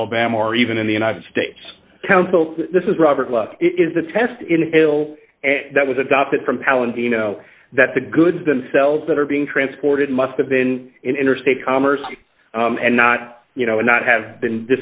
alabama or even in the united states this is robert is the test in il that was adopted from power and you know that the goods themselves that are being transported must have been interstate commerce and not you know not have been